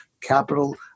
capital